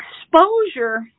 Exposure